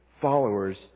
followers